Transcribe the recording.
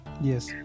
Yes